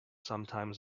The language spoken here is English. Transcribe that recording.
sometimes